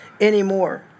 anymore